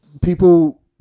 people